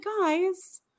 guys